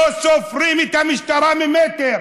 לא סופרים את המשטרה ממטר.